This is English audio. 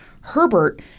Herbert